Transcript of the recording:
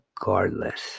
regardless